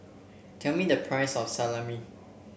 tell me the price of Salami